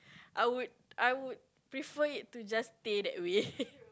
I would I would prefer it to just stay that way